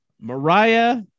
Mariah